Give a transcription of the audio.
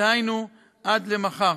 דהיינו עד מחר.